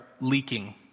leaking